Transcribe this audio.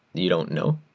you don't know.